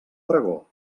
pregó